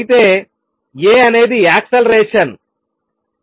అయితే a అనేది acceleration త్వరణం